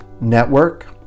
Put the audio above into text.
network